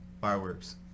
Fireworks